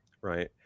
Right